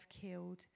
killed